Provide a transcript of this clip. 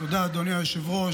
תודה, אדוני היושב-ראש.